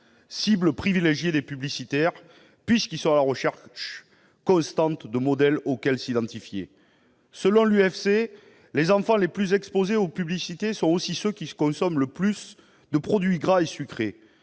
cibles privilégiées des publicitaires puisqu'ils sont à la recherche constante de modèles auxquels s'identifier. Selon l'UFC-Que Choisir, les enfants les plus exposés aux publicités sont aussi ceux qui consomment le plus de produits gras et sucrés.